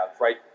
right